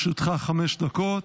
לרשותך חמש דקות.